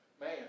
man